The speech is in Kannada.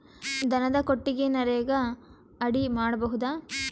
ದನದ ಕೊಟ್ಟಿಗಿ ನರೆಗಾ ಅಡಿ ಮಾಡಬಹುದಾ?